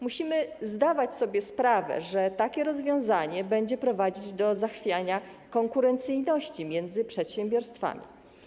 Musimy zdawać sobie sprawę, że takie rozwiązanie będzie prowadzić do zachwiania konkurencyjności w odniesieniu do przedsiębiorstw.